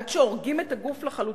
עד שהורגים את הגוף לחלוטין,